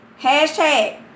Hashtag